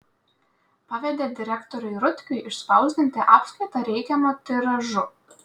pavedė direktoriui rutkiui išspausdinti apskaitą reikiamu tiražu